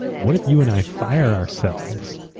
what if you and i fire ourselves?